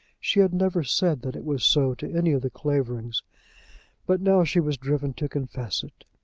she had never said that it was so to any of the claverings but now she was driven to confess it.